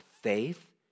faith